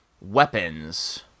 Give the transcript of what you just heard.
weapons